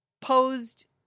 posed